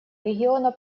региона